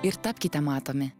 ir tapkite matomi